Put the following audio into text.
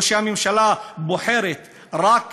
או שהממשלה בוחרת רק